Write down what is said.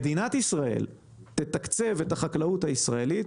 מדינת ישראל תתקצב את החקלאות הישראלית